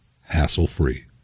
hassle-free